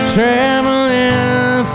Traveling